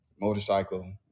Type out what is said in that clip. motorcycle